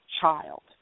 child